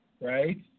right